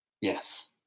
Yes